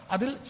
Adil